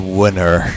winner